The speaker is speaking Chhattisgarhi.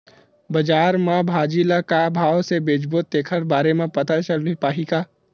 बजार में भाजी ल का भाव से बेचबो तेखर बारे में पता चल पाही का?